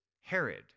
Herod